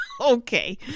Okay